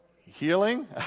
Healing